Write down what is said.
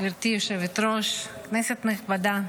גברתי היושבת-ראש, כנסת נכבדה,